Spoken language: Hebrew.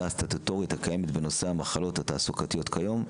הסטטוטורית הקיימת בנושא המחלות התעסוקתיות כיום,